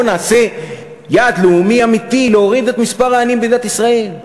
בואו נעשה יעד לאומי אמיתי להוריד את מספר העניים במדינת ישראל,